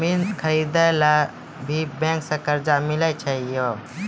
जमीन खरीदे ला भी बैंक से कर्जा मिले छै यो?